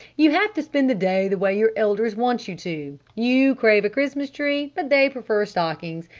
you have to spend the day the way your elders want you to. you crave a christmas tree but they prefer stockings!